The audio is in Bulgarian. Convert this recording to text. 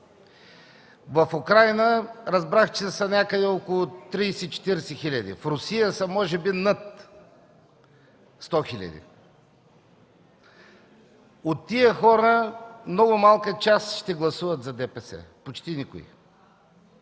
в Украйна разбрах, че са някъде около 30 40 хиляди; в Русия са може би над 100 хиляди. От тези хора много малка част ще гласуват за ДПС, почти никой.